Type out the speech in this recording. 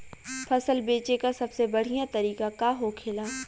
फसल बेचे का सबसे बढ़ियां तरीका का होखेला?